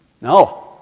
No